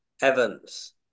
Evans